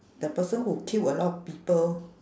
the person who kill a lot of people